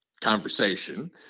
conversation